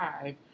five